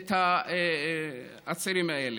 את הצעירים האלה.